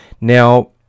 Now